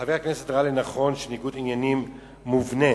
חבר הכנסת ראה שניגוד עניינים מובנה